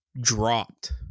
dropped